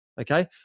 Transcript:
okay